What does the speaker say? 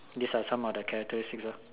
this are some of the characteristics ah